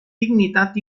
dignitat